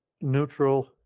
neutral